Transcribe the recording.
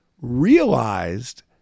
realized